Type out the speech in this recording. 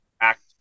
act